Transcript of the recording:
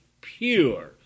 pure